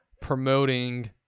promoting